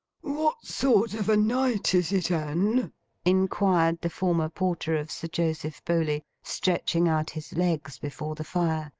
what sort of a night is it, anne inquired the former porter of sir joseph bowley, stretching out his legs before the fire,